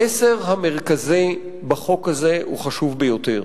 המסר המרכזי בחוק הזה הוא חשוב ביותר,